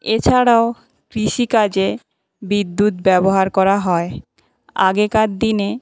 এছাড়াও কৃষিকাজে বিদ্যুৎ ব্যবহার করা হয় আগেকার দিনে